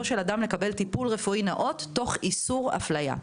של האדם לקבל טיפול רפואי נאות תוך איסור אפליה,